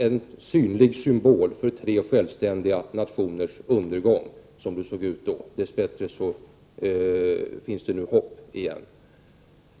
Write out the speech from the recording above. En synlig symbol för tre självständiga nationers undergång, som det såg ut då — dess bättre finns det nu hopp igen.